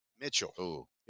Mitchell